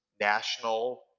national